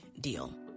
deal